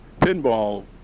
pinball